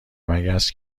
مگس